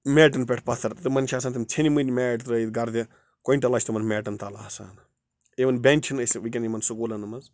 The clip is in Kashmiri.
میٹَن پٮ۪ٹھ پَتھَر تِمَن چھِ آسان تِم ژھیٚنۍمٕتۍ میٹ ترٛٲیِتھ گَردِ کویِنٹَلہ چھِ تِمَن میٹَن تَلہٕ آسان اِوٕن بینٛچ چھِنہٕ أسۍ وٕکٮ۪ن یِمَن سکوٗلَن منٛز